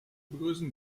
begrüßen